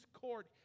court